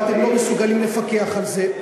ואתם לא מסוגלים לפקח על זה,